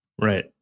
Right